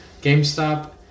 GameStop